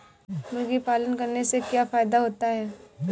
मुर्गी पालन करने से क्या फायदा होता है?